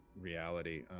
reality